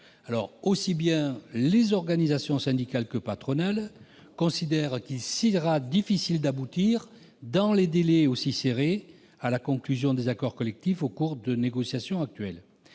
Aussi bien les organisations syndicales que les organisations patronales considèrent qu'il sera difficile d'aboutir dans des délais aussi serrés à la conclusion des accords collectifs au regard des négociations actuelles.